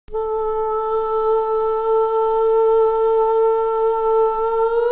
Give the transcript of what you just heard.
oh